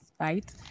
right